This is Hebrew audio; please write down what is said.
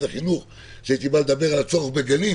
החינוך כשהייתי בא לדבר על הצורך בגנים.